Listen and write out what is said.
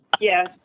Yes